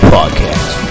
Podcast